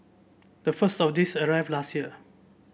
the first of these arrived last year